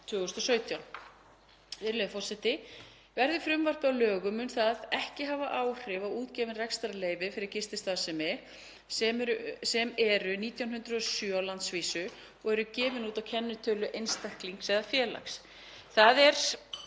Virðulegur forseti. Verði frumvarpið að lögum mun það ekki hafa áhrif á útgefin rekstrarleyfi fyrir gististarfsemi sem eru 1.907 á landsvísu og eru gefin út á kennitölu einstaklings eða félags, þ.e.